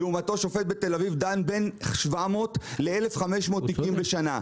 לעומתו שופט בתל אביב דן ב-700 עד 1,500 תיקים בשנה.